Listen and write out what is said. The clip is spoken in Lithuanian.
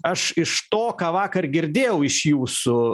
aš iš to ką vakar girdėjau iš jūsų